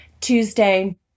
Tuesday